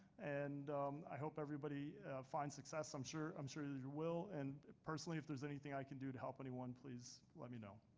and i hope everybody finds success. i'm sure i'm sure you will. and personally, if there's anything i can do to help anyone, please let me know.